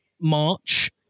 March